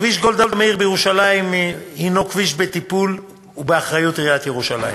כביש גולדה מאיר בירושלים הוא כביש בטיפול ובאחריות עיריית ירושלים.